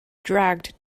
dragged